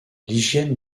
l’hygiène